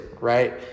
right